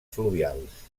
fluvials